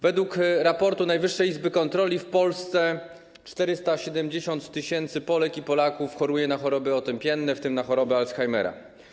Według raportu Najwyższej Izby Kontroli w Polsce 470 tys. Polek i Polaków choruje na choroby otępienne, w tym na chorobę Alzheimera.